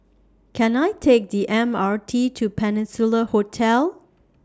Can I Take The M R T to Peninsula Hotel